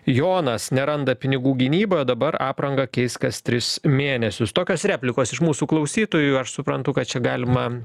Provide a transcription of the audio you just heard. jonas neranda pinigų gynybai o dabar aprangą keis kas tris mėnesius tokios replikos iš mūsų klausytojų aš suprantu kad čia galima